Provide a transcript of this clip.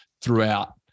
throughout